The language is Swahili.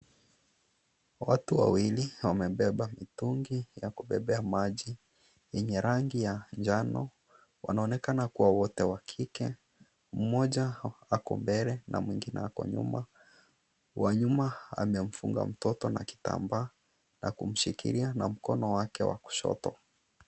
Watu wawili wamebeba mitungi ya kubebea maji yenye rangi ya njano, wanaonekana kuwa wote wakike. Mmoja ako mbele na mwingine ako nyuma, wa nyuma amemfunga mtoto na kitambaa na kumshikilia na mkono wake wa kushoto.